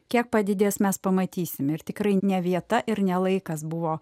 kiek padidės mes pamatysime ir tikrai ne vieta ir ne laikas buvo